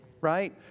right